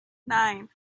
nine